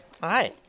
Hi